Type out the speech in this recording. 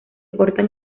portan